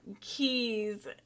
keys